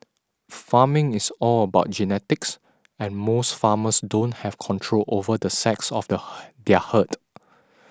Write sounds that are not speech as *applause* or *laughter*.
farming is all about genetics and most farmers don't have control over the sex of *noise* their herd